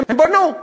הם בנו.